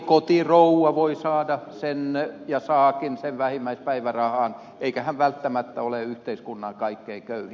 kotirouva voi saada sen ja saakin sen vähimmäispäivärahan eikä hän välttämättä ole yhteiskunnan kaikkein köyhin